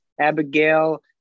Abigail